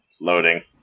Loading